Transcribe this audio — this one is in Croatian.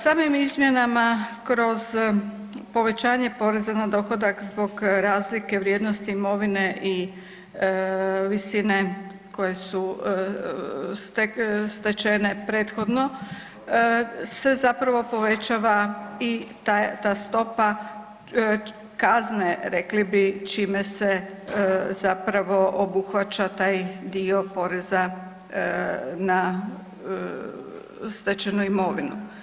Samim izmjenama kroz povećanje poreza na dohodak zbog razlike vrijednosti imovine i visine koje su, stečene prethodno, se zapravo povećava i ta stopa kazne, rekli bi, čime se zapravo obuhvaća taj dio poreza na stečenu imovinu.